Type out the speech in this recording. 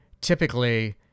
typically